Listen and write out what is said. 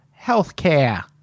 healthcare